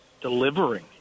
delivering